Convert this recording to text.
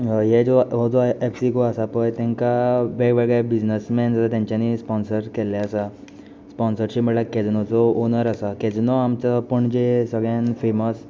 हे जो हो जो एफसी गोवा आसा पय तांकां वेग वेगळे बिजनस मॅन आसा तांच्यांनी स्पॉन्सर केल्ले आसा स्पॉन्सरशीप म्हळ्ळ्या कॅजिनोचो ओनर आसा कॅजिनो आमचो पणजे सगळ्यान फेमस